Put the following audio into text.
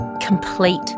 complete